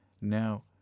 now